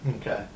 Okay